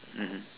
mmhmm